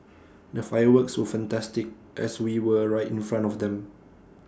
the fireworks were fantastic as we were right in front of them